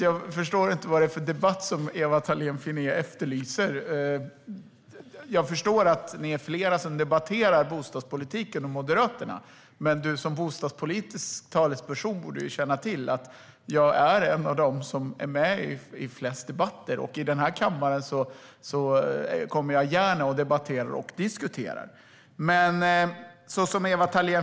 Jag förstår inte vad det är för debatt som Ewa Thalén Finné efterlyser. Jag förstår ni är fler bland moderaterna som debatterar bostadspolitiken. Men du som bostadspolitisk talesperson borde känna till att jag är en av dem som är med i flest debatter. Jag kommer gärna till den här kammaren och debatterar och diskuterar.